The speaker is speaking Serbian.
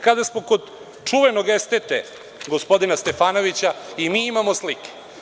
Kada smo kod čuvenog estete, gospodina Stefanovića i mi imamo slike.